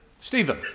Stephen